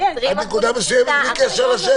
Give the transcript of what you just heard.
20% --- עד נקודה מסוימת בלי קשר לשטח.